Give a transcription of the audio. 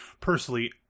Personally